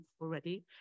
already